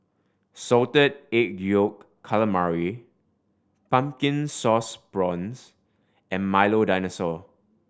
Salted Egg Yolk Calamari Pumpkin Sauce Prawns and Milo Dinosaur